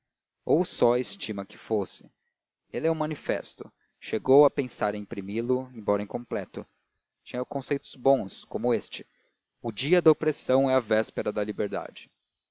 ou só estima que fosse releu o manifesto chegou a pensar em imprimi lo embora incompleto tinha conceitos bons como este o dia da opressão é a véspera da liberdade